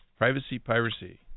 privacypiracy